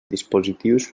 dispositius